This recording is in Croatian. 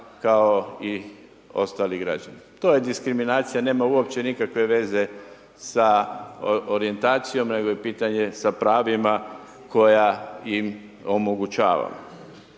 kao i ostali građani. To je diskriminacija, nema uopće nikakve veze sa orijentacijom, nego je pitanje sa pravima koja im omogućava.